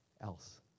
else